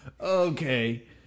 okay